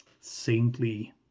saintly